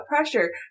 pressure